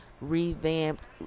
revamped